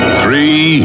three